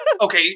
Okay